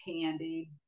candy